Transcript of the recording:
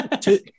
Two